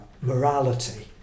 morality